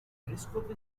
periscope